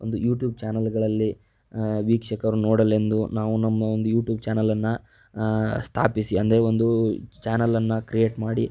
ಒಂದು ಯೂಟ್ಯೂಬ್ ಚಾನೆಲ್ಗಳಲ್ಲಿ ವೀಕ್ಷಕರು ನೋಡಲೆಂದು ನಾವು ನಮ್ಮ ಒಂದು ಯೂಟ್ಯೂಬ್ ಚಾನೆಲನ್ನು ಸ್ಥಾಪಿಸಿ ಅಂದರೆ ಒಂದು ಚಾನೆಲನ್ನು ಕ್ರಿಯೇಟ್ ಮಾಡಿ